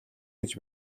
гэж